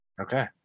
okay